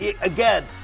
Again